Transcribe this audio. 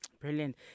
Brilliant